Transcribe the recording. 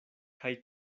kaj